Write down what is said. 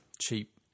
cheap